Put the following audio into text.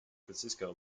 francisco